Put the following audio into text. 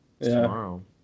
Tomorrow